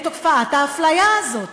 נגד תופעת האפליה הזאת.